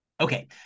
Okay